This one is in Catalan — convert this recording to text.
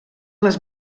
les